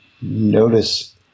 notice